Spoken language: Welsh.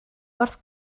wrth